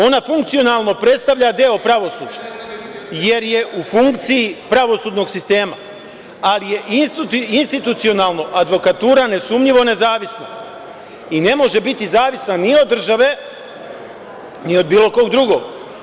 Ona funkcionalno predstavlja deo pravosuđa, jer je u funkciji pravosudnog sistema, ali je institucionalno advokatura nesumnjivo nezavisna i ne može biti zavisna ni od države, ni od bilo koga drugog.